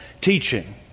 teaching